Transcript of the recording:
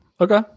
Okay